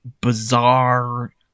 bizarre